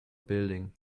building